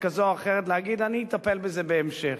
כזאת או אחרת להגיד: אני אטפל בזה בהמשך.